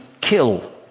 kill